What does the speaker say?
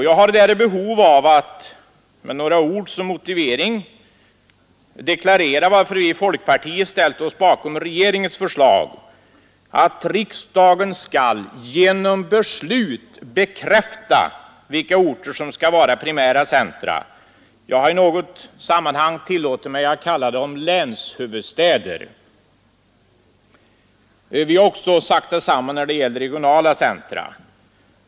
Jag har ett behov av att med några ord som motivering deklarera varför vi i folkpartiet ställt oss bakom regeringens förslag att riksdagen skall genom beslut bekräfta vilka orter som skall vara primära centra. Jag har i något sammanhang tillåtit mig att kalla dem länshuvudstäder. Vi har också sagt detsamma när det gäller regionala centra.